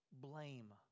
blame